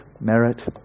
merit